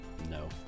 No